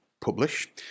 publish